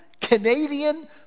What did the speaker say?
Canadian